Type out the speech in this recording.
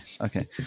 Okay